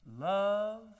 love